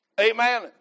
Amen